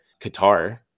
Qatar